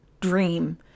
dream